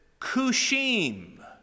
Kushim